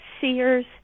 seers